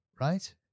right